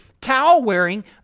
towel-wearing